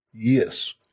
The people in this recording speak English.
Yes